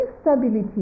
stability